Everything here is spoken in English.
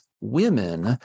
women